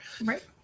Right